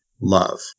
love